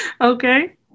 Okay